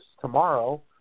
tomorrow